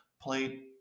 played